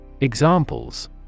Examples